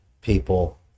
people